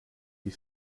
die